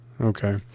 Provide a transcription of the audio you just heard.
Okay